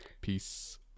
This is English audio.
Peace